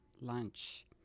Lunch